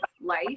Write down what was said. life